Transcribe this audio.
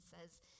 says